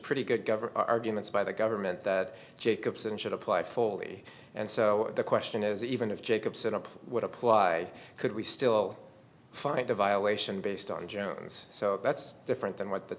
pretty good cover arguments by the government that jacobson should apply fully and so the question is even of jacob set up would apply could we still find a violation based on jones so that's different than what the